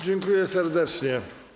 Dziękuję serdecznie.